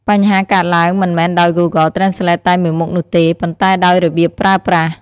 បញ្ហាកើតឡើងមិនមែនដោយ Google Translate តែមួយមុខនោះទេ ប៉ុន្តែដោយរបៀបប្រើប្រាស់។